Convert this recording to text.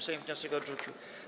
Sejm wniosek odrzucił.